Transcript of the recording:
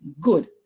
good